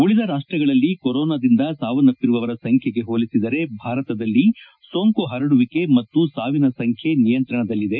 ಉಳಿದ ರಾಷ್ಷಗಳಲ್ಲಿ ಕೊರೊನಾದಿಂದ ಸಾವನ್ನಪ್ಪಿರುವವರ ಸಂಖ್ಲೆಗೆ ಹೋಲಿಸಿದರೆ ಭಾರತದಲ್ಲಿ ಸೋಂಕು ಪರಡುವಿಕೆ ಮತ್ತು ಸಾವಿನ ಸಂಖ್ಲೆ ನಿಯಂತ್ರಣದಲ್ಲಿದೆ